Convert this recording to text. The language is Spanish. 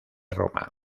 roma